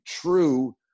true